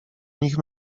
nich